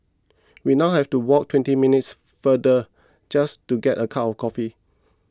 we now have to walk twenty minutes further just to get a cup of coffee